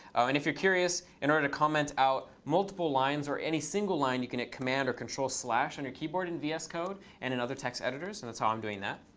and if you're curious, in order to comment out multiple lines or any single line, you can hit command or control-slash on your keyboard in vs code and in other text editors. and that's how i'm doing that.